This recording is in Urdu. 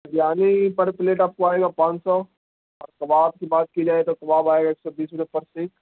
بریانی پر پلیٹ آپ کو آئے گا پانچ سو اور کباب کی بات کی جائے تو کباب آئے گا ایک سو بیس روپے پر سیخ